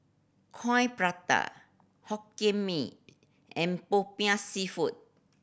Coin Prata Hokkien Mee and Popiah Seafood